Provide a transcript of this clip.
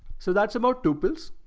so that's about two pills,